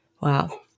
Wow